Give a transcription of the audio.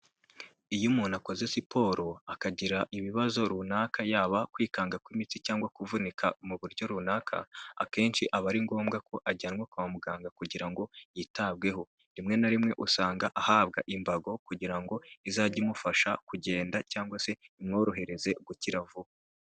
Iyo umuntu akoze siporo akagira ibibazo runaka yaba kwikanga kw'imitsi cyangwa kuvunika mu buryo runaka, akenshi aba ari ngombwa ko ajyanwa kwa muganga kugira ngo yitabweho, rimwe na rimwe usanga ahabwa imbago kugira ngo izajye imufasha kugenda cyangwa se imworohereze gukira vuba.